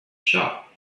shop